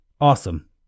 Awesome